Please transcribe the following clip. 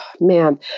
man